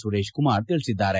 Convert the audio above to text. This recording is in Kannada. ಸುರೇಶ್ ಕುಮಾರ್ ತಿಳಿಸಿದ್ದಾರೆ